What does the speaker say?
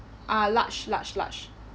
ah large large large